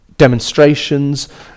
demonstrations